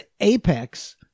Apex